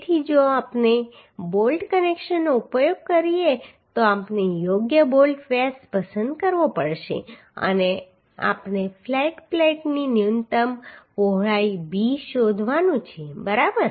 તેથી જો આપણે બોલ્ટ કનેક્શનનો ઉપયોગ કરીએ તો આપણે યોગ્ય બોલ્ટ વ્યાસ પસંદ કરવો પડશે અને આપણે ફ્લેટ પ્લેટની ન્યૂનતમ પહોળાઈ b શોધવાનું છે બરાબર